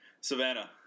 Savannah